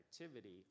activity